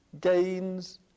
gains